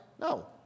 No